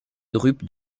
drupes